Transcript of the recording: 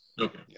Okay